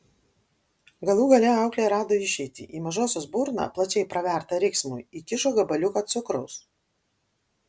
galų gale auklė rado išeitį į mažosios burną plačiai pravertą riksmui įkišo gabaliuką cukraus